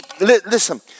listen